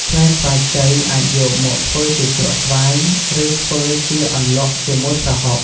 ផ្លែស្វាយខ្ចីអាចយកមកធ្វើជាជ្រក់ស្វាយ ឬធ្វើជាអន្លក់ជាមួយប្រហុក។